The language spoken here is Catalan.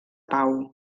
pau